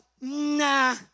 nah